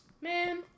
Man